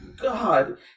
god